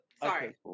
Sorry